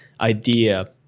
idea